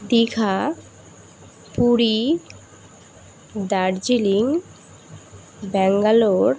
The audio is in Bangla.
দীঘা পুরী দার্জিলিং ব্যাঙ্গালোর